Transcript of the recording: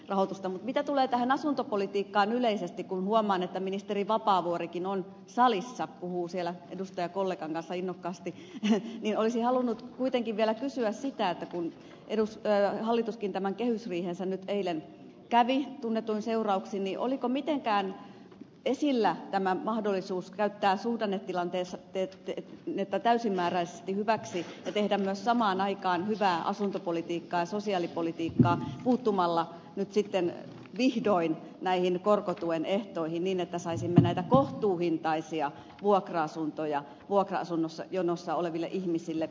mutta mitä tulee tähän asuntopolitiikkaan yleisesti kun huomaan että ministeri vapaavuorikin on salissa puhuu siellä edustajakollegan kanssa innokkaasti niin olisin halunnut kuitenkin vielä kysyä sitä että kun hallituskin tämän kehysriihensä nyt eilen kävi tunnetuin seurauksin niin oliko mitenkään esillä tämä mahdollisuus käyttää suhdannetilannetta täysimääräisesti hyväksi ja tehdä myös samaan aikaan hyvää asuntopolitiikkaa ja sosiaalipolitiikkaa puuttumalla nyt sitten vihdoin näihin korkotuen ehtoihin niin että saisimme näitä kohtuuhintaisia vuokra asuntoja vuokra asuntojonossa oleville ihmisille